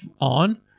on